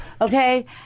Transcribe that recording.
okay